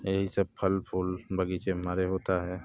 यही सब फल फूल बग़ीचे में हमारे होता है